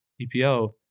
EPO